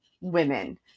women